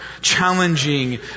challenging